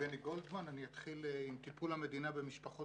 אני אתחיל עם טיפול המדינה במשפחות